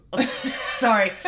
Sorry